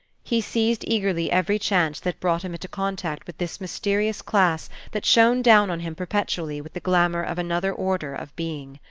he seized eagerly every chance that brought him into contact with this mysterious class that shone down on him perpetually with the glamour of another order of being.